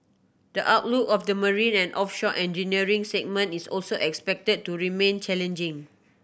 the outlook of the marine and offshore engineering segment is also expected to remain challenging